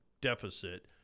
deficit